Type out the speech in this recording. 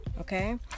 okay